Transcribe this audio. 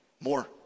more